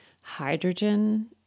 hydrogen